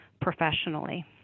professionally